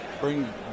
bring